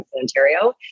Ontario